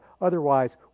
Otherwise